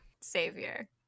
savior